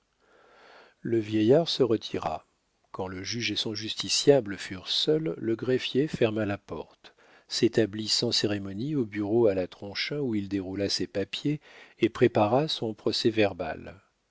le vieillard se retira quand le juge et son justiciable furent seuls le greffier ferma la porte s'établit sans cérémonie au bureau à la tronchin où il déroula ses papiers et prépara son